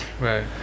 Right